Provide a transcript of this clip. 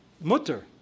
mutter